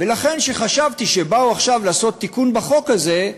ולכן חשבתי שכשבאים עכשיו לעשות תיקון בחוק הזה,